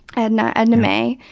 edna edna mae.